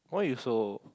why you so